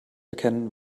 erkennen